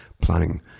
Planning